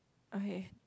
okay